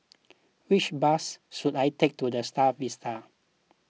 which bus should I take to the Star Vista